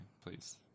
Please